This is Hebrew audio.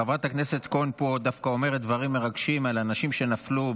חברת הכנסת כהן פה דווקא אומרת דברים מרגשים על אנשים שנפלו,